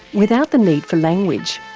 without the need for language.